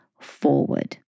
forward